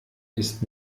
ist